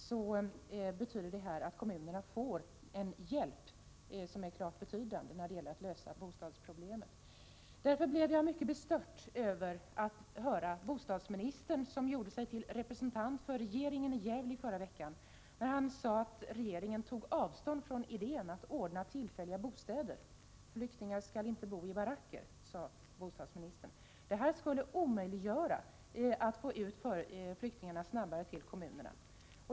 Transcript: Det betyder att kommunerna får en hjälp som är klart betydande när det gäller att lösa bostadsproblemet. Jag blev därför mycket bestört över att höra bostadsministern, som gjorde sig till representant för regeringen i Gävle i förra veckan, säga att regeringen tog avstånd från idén att ordna tillfälliga bostäder. Flyktingar skall inte bo i baracker, sade bostadsministern. Detta skulle omöjliggöra försöken att få ut flyktingarna snabbare till kommunerna.